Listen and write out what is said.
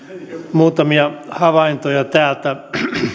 muutamia havaintoja täältä